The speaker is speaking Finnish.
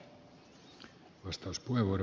arvoisa puhemies